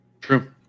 True